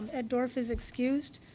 ed dorff is excused.